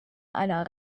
einer